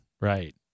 Right